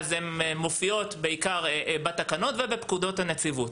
הן מופיעות בעיקר בתקנות ובפקודות הנציבות.